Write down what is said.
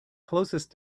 closest